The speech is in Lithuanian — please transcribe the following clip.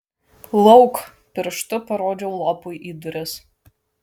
lauk pirštu parodžiau lopui į duris